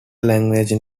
language